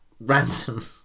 ransom